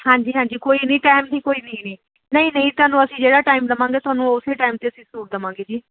ਹਾਂਜੀ ਹਾਂਜੀ ਕੋਈ ਨਹੀਂ ਟਾਈਮ ਦੀ ਕੋਈ ਨਹੀਂ ਨਹੀਂ ਨਹੀਂ ਤੁਹਾਨੂੰ ਅਸੀਂ ਜਿਹੜਾ ਟਾਈਮ ਦਵਾਂਗੇ ਤੁਹਾਨੂੰ ਉਸੇ ਟਾਈਮ 'ਤੇ ਅਸੀਂ ਸੂਟ ਦੇਵਾਂਗੇ ਜੀ